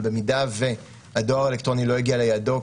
אבל אם הדואר האלקטרוני לא הגיע ליעדו,